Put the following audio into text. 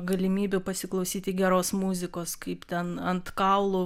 galimybių pasiklausyti geros muzikos kaip ten ant kaulų